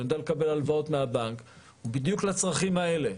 אני יודע לקבל הלוואות מהבנק בדיוק לצרכים האלה,